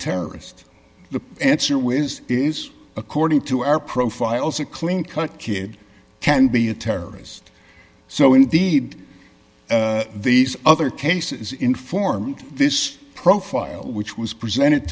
terrorist the answer which is is according to our profiles a clean cut kid can be a terrorist so indeed these other cases inform this profile which was presented